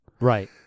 Right